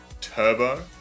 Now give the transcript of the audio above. Turbo